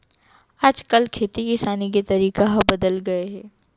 आज काल खेती किसानी के तरीका ह बदल गए हे